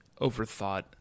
overthought